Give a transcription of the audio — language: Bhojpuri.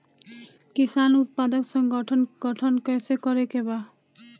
किसान उत्पादक संगठन गठन कैसे करके बा?